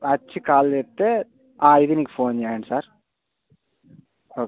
వచ్చి కాల్ చేస్తే ఇది దీనికి ఫోన్ చేయండి సార్ ఓకే